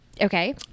Okay